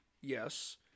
Yes